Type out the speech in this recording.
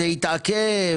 זה התעכב?